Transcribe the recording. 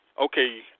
okay